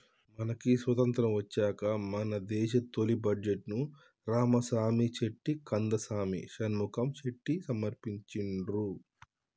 మనకి స్వతంత్రం వచ్చాక మన దేశ తొలి బడ్జెట్ను రామసామి చెట్టి కందసామి షణ్ముఖం చెట్టి సమర్పించిండ్రు